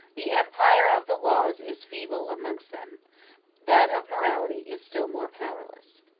the empire of the laws is feeble amongst them that of morality is still more powerless.